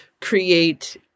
create